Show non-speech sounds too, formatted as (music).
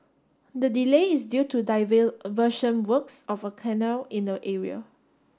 the delay is due to (unintelligible) works of a canal in the area